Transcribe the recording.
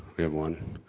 we have one,